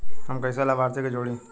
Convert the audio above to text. हम कइसे लाभार्थी के जोड़ी?